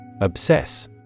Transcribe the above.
Obsess